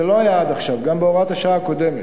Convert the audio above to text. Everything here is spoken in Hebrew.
זה לא היה עד עכשיו, גם בהוראת השעה הקודמת.